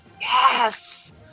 Yes